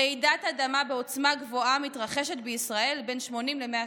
רעידת אדמה בעוצמה גבוהה מתרחשת בישראל פעם ב-80 100 שנה.